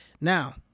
Now